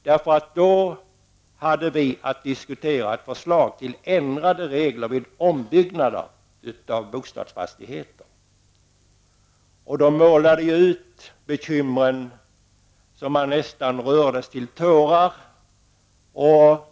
Vi skulle diskutera ett förslag om ändrade regler vid ombyggnad av bostadsfastigheter, och de målade ut bekymren så att man nästan rördes till tårar.